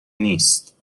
نیست